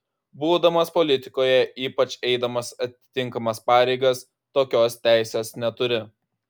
būdamas politikoje ypač eidamas atitinkamas pareigas tokios teisės neturi